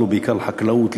בעיקר לחקלאות,